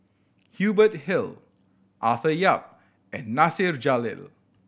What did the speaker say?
Hubert Hill Arthur Yap and Nasir Jalil